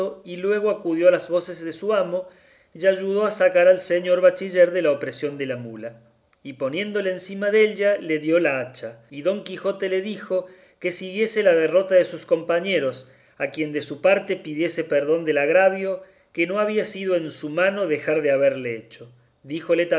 y luego acudió a las voces de su amo y ayudó a sacar al señor bachiller de la opresión de la mula y poniéndole encima della le dio la hacha y don quijote le dijo que siguiese la derrota de sus compañeros a quien de su parte pidiese perdón del agravio que no había sido en su mano dejar de haberle hecho díjole